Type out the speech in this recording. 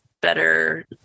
better